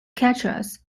catchers